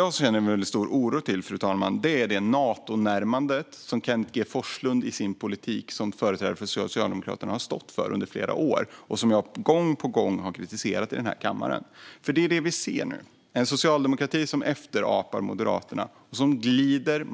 Jag känner stor oro för det Natonärmande som Kenneth G Forslund som företrädare för Socialdemokraterna har stått för under flera år och som jag gång på gång har kritiserat här i kammaren. Nu ser vi en socialdemokrati som efterapar Moderaterna och glider